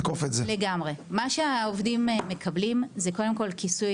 מה שהעובדים מקבלים זה קודם כול כיסוי